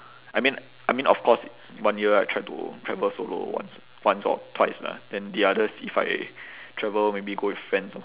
I mean I mean of course one year I try to travel solo once once or twice lah then the others if I travel maybe go with friends orh